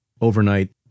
overnight